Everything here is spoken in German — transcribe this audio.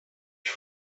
ich